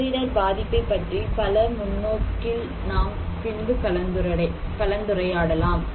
பேரிடர் பாதிப்பை பற்றிய பல முன்னோக்கில் நான் பின்பு கலந்துரையாடலாம்